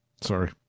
Sorry